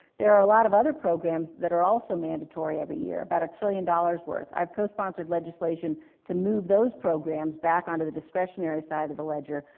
there are a lot of other programs that are also mandatory every year, about a trillion dollars worth. i've co-sponsored legislation to move those programs back onto the discretionary side of the ledger,